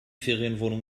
ferienwohnung